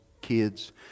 kids